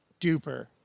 duper